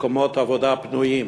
מקומות עבודה פנויים,